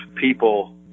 people